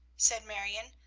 said marion,